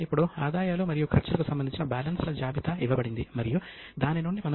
ఇప్పుడు మీకు ఆ కాలంతో సంబంధం ఉన్న ఏదైనా పండుగ గుర్తుందా